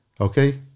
Okay